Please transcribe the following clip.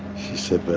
she said, but,